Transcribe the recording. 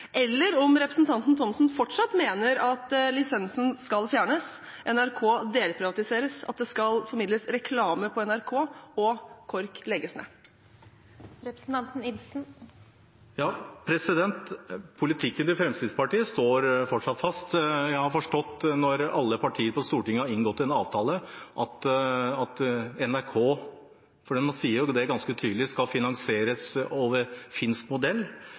eller om representanten Thomsen fortsatt mener at lisensen skal fjernes, at NRK skal delprivatiseres, at det skal formidles reklame på NRK, og at KORK skal legges ned. Representanten Ibsen får ordet. Politikken til Fremskrittspartiet står fortsatt fast. Når alle partier på Stortinget har inngått en avtale om at NRK skal finansieres etter finsk modell – for den sier jo det ganske tydelig